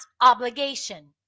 obligation